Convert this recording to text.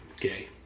gay